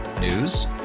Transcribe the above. News